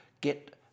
get